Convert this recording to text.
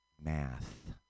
math